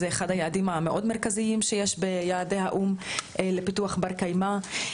זה אחד היעדים המאוד מרכזיים שיש ביעדי האו"ם לפיתוח בר קיימא.